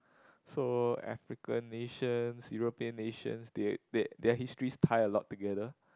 so African nations European nations they their their histories tie a lot together